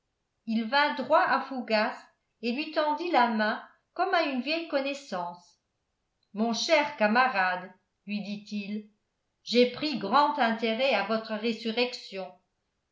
il vint droit à fougas et lui tendit la main comme à une vieille connaissance mon cher camarade lui dit-il j'ai pris grand intérêt à votre résurrection